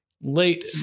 late